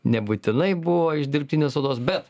nebūtinai buvo iš dirbtinės odos bet